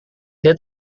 dia